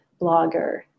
blogger